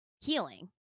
healing